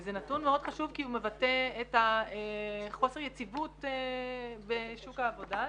זה נתון מאוד חשוב כי הוא מבטא את חוסר היציבות בשוק העבודה.